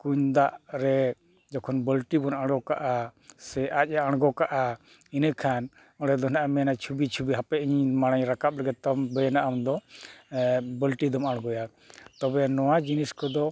ᱠᱩᱧ ᱫᱟᱜ ᱨᱮ ᱡᱚᱠᱷᱚᱱ ᱵᱟᱹᱞᱴᱤ ᱵᱚᱱ ᱟᱲᱜᱚ ᱠᱟᱜᱼᱟ ᱥᱮ ᱡᱚᱠᱷᱚᱱ ᱟᱡᱮ ᱟᱲᱜᱚ ᱠᱟᱜᱼᱟ ᱤᱱᱟᱹ ᱠᱷᱟᱱ ᱚᱸᱰᱮ ᱫᱚ ᱱᱟᱦᱟᱜᱮ ᱢᱮᱱᱟ ᱪᱷᱩᱵᱤᱼᱪᱷᱩᱵᱤ ᱦᱟᱯᱮ ᱤᱧ ᱢᱟᱲᱟᱝ ᱤᱧ ᱨᱟᱠᱟᱵ ᱞᱮᱜᱮ ᱛᱚᱵᱮ ᱟᱱᱟᱜ ᱟᱢ ᱫᱚ ᱵᱟᱹᱞᱴᱤ ᱫᱚᱢ ᱟᱲᱜᱚᱭᱟ ᱛᱚᱵᱮ ᱱᱚᱣᱟ ᱡᱤᱱᱤᱥ ᱠᱚᱫᱚ